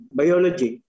biology